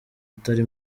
atari